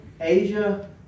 Asia